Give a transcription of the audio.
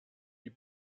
die